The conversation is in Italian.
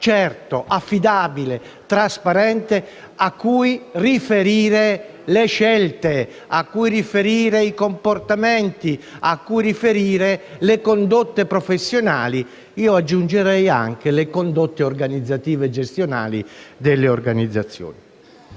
certo, affidabile e trasparente cui riferire le scelte, cui riferire i comportamenti, cui riferire le condotte professionali e io aggiungerei anche le condotte organizzative e gestionali delle organizzazioni.